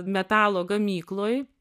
metalo gamykloj